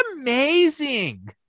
amazing